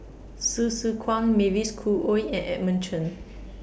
Hsu Tse Kwang Mavis Khoo Oei and Edmund Chen